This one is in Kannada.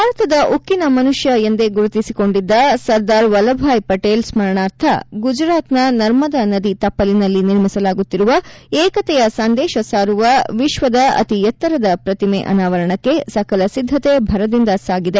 ಭಾರತದ ಉಕ್ಕನ ಮನುಷ್ಕ ಎಂದೇ ಗುರುತಿಸಿಕೊಂಡಿದ್ದ ಸರ್ದಾರ್ ವಲ್ಲಭ್ಭಾಯ್ ಪಟೇಲ್ ಸ್ಮರಣಾರ್ಥ ಗುಜರಾತ್ನ ನರ್ಮದಾ ನದಿ ತಪ್ಪಲಿನಲ್ಲಿ ನಿರ್ಮಿಸಲಾಗುತ್ತಿರುವ ಏಕತೆಯ ಸಂದೇಶ ಸಾರುವ ವಿಶ್ವದ ಅತಿ ಎತ್ತರದ ಪ್ರತಿಮೆ ಅನಾವರಣಕ್ಕೆ ಸಕಲ ಸಿದ್ದತೆ ಭರದಿಂದ ಸಾಗಿದೆ